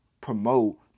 promote